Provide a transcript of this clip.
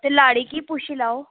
ते लाड़ी गी पुच्छी लैओ